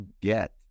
get